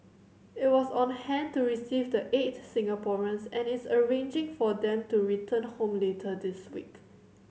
it was on hand to receive the eight Singaporeans and is arranging for them to return home later this week